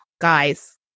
Guys